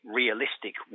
realistic